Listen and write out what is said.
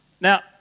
Now